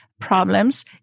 problems